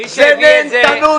זאת נהנתנות